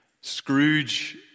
Scrooge